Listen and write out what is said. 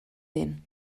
den